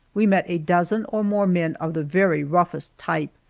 we met a dozen or more men of the very roughest type,